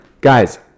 guys